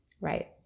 Right